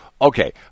okay